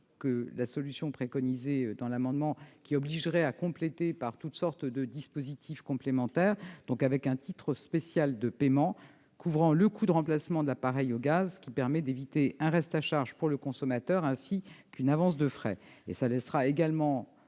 que la solution préconisée dans l'amendement obligerait à compléter le système par toutes sortes de dispositifs complémentaires, nous proposons un titre spécial de paiement couvrant le coût de remplacement de l'appareil au gaz, ce qui permet d'éviter un reste à charge pour le consommateur ainsi qu'une avance de frais. Cela laissera également